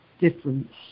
difference